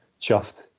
chuffed